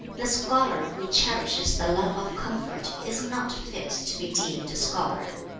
the scholar who cherishes the love of comfort is not fit to be deemed a scholar